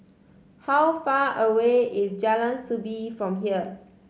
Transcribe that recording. how far away is Jalan Soo Bee from here